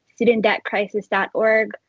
studentdebtcrisis.org